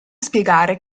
spiegare